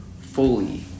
fully